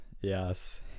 Yes